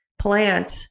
plant